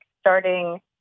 starting